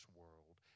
world